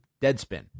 Deadspin